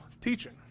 teaching